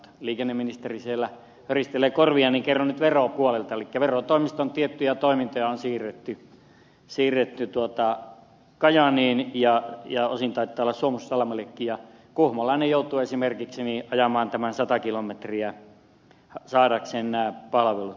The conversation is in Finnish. kun liikenneministeri siellä höristelee korviaan niin kerron nyt veropuolelta elikkä verotoimiston tiettyjä toimintoja on siirretty kajaaniin ja osin taitaa olla siirretty suomussalmellekin ja kuhmolainen esimerkiksi joutuu ajamaan sata kilometriä saadakseen nämä palvelut